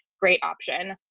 great option.